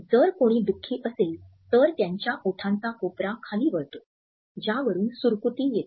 जर कोणी दुखी असेल तर त्यांच्या ओठांचा कोपरा खाली वळतो ज्यावरून सुरकुती येते